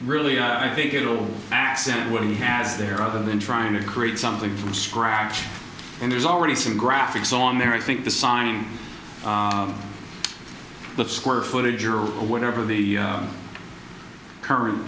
really i think it will accent what he has there other than trying to create something from scratch and there's already some graphics on there i think the signing of the square footage or whatever the current